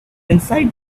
inside